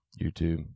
YouTube